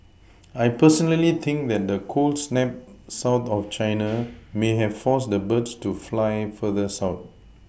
I personally think that the cold snap south of China may have forced the birds to fly further south